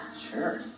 sure